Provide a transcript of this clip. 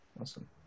Awesome